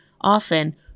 often